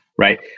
Right